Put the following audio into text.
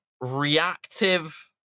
reactive